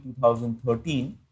2013